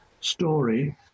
story